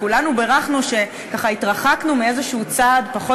כולנו בירכנו על כך שהתרחקנו מצעד פחות